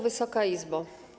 Wysoka Izbo!